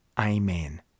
Amen